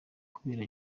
kubera